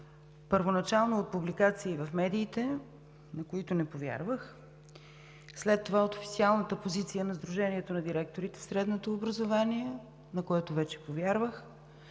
първоначално от публикации в медиите, на които не повярвах, след това от официалната позиция на Сдружението на директорите в средното образование, на което вече повярвах,